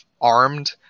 armed